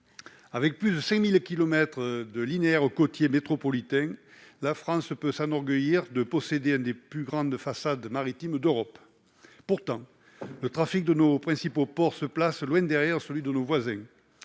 avec plus de 5 000 kilomètres de linéaire côtier métropolitain, la France peut s'enorgueillir de posséder l'une des plus grandes façades maritimes d'Europe. Pourtant, le trafic de nos principaux ports se place loin derrière celui de nos voisins.